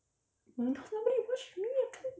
cause nobody watch with me I can't